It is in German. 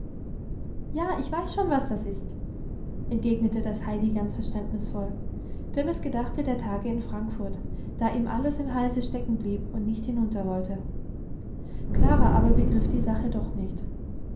ja ich weiß schon was das ist entgegnete das heidi ganz verständnisvoll denn es gedachte der tage in frankfurt da ihm alles im halse steckenblieb und nicht hinunter wollte klara aber begriff die sache doch nicht